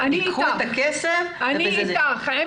אני אתך.